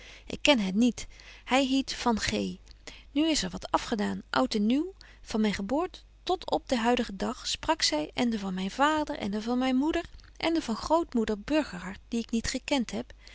ik ken hen niet hy hiet van g nu er is wat afgedaan oud en nieuw van myn geboorte tot op den huidigen dag sprak zy ende van myn vader ende van myn moeder betje wolff en aagje deken historie van mejuffrouw sara burgerhart ende van grootmoeder burgerhart die ik niet gekent heb